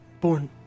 born